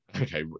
Okay